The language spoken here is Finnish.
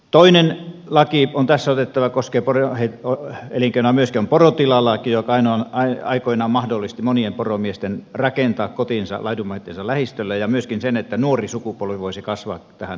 toinen laki joka on tässä otettava joka koskee poroelinkeinoa myöskin on porotilalaki joka aikoinaan mahdollisti monille poromiehille sen että voisi rakentaa kotinsa laidunmaittensa lähistölle ja myöskin sen että nuori sukupolvi voisi kasvaa tähän elinkeinoon kiinni